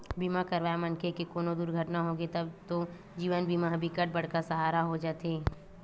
बीमा करवाए मनखे के कोनो दुरघटना होगे तब तो जीवन बीमा ह बिकट बड़का सहारा हो जाते